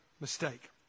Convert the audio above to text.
mistake